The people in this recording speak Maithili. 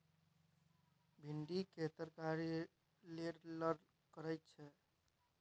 भिंडी केर तरकारी लेरलेर करय छै